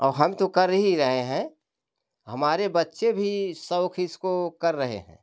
और हम तो कर ही रहे हैं हमारे बच्चे भी शौक इसको कर रहे हैं